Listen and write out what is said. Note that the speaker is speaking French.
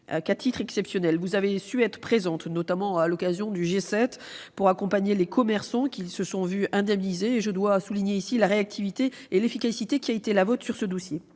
qu'à titre exceptionnel vous avez su être présente, notamment à l'occasion du G7, pour accompagner les commerçants qui se sont vu indemniser. Je dois souligner la réactivité et l'efficacité qui a été la vôtre sur ce dossier.